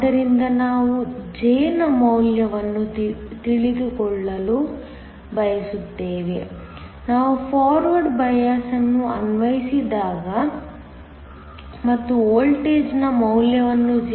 ಆದ್ದರಿಂದ ನಾವು J ನ ಮೌಲ್ಯವನ್ನು ತಿಳಿದುಕೊಳ್ಳಲು ಬಯಸುತ್ತೇವೆ ನಾವು ಫಾರ್ವರ್ಡ್ ಬಯಾಸ್ ಅನ್ನು ಅನ್ವಯಿಸಿದಾಗ ಮತ್ತು ವೋಲ್ಟೇಜ್ನ ಮೌಲ್ಯವನ್ನು 0